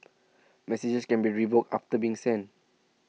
messages can be revoked after being sent